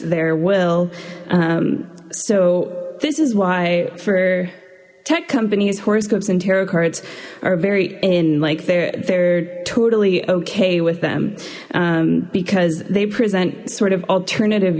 their will so this is why for tech companies horoscopes and tarot cards are very in like they're they're totally okay with them because they present sort of alternative